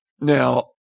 Now